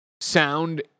sound